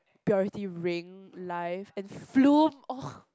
Purity Ring live and Flume !oh!